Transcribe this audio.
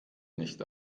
nicht